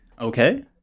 Okay